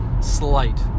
slight